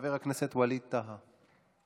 חבר הכנסת ווליד טאהא.